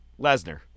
Lesnar